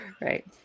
right